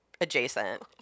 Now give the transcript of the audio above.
adjacent